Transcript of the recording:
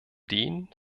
den